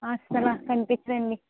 అస్సలా కనిపిచ్చరండి